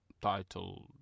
title